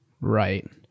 Right